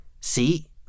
See